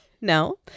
No